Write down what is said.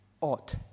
ought